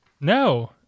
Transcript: No